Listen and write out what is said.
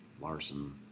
Larson